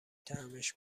طعمش